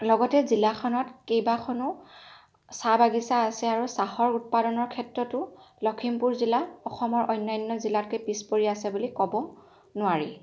লগতে জিলাখনত কেইবাখনো চাহ বাহিচা আছে আৰু চাহৰ উৎপাদনৰ ক্ষেত্ৰতো লখিমপুৰ জিলা অসমৰ অন্যান্য জিলাতকৈ পিছ পৰি আছে বুলি ক'ব নোৱাৰি